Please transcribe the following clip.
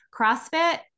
CrossFit